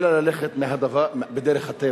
אלא ללכת בדרך הטבע.